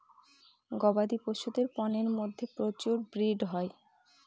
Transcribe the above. গবাদি পশুদের পন্যের মধ্যে প্রচুর ব্রিড হয়